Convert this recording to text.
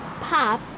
pop